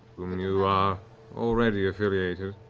whom and you are already affiliated.